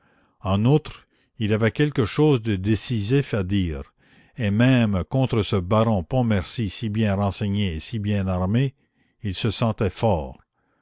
en outre il avait quelque chose de décisif à dire et même contre ce baron pontmercy si bien renseigné et si bien armé il se sentait fort